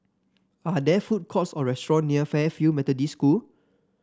are there food courts or restaurant near Fairfield Methodist School